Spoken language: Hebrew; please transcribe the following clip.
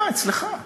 אתה, אצלך.